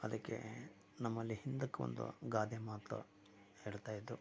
ಅದಕ್ಕೆ ನಮ್ಮಲ್ಲಿ ಹಿಂದಕ್ಕೆ ಒಂದು ಗಾದೆ ಮಾತು ಹೇಳ್ತಾ ಇದ್ದರು